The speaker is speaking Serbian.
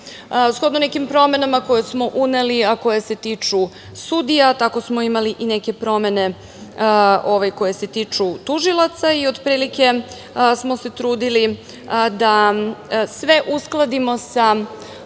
nekim promenama koje smo uneli, a koje se tiču sudija, tako smo imali i neke promene koje se tiču tužilaca, i otprilike smo se trudili da sve uskladimo sa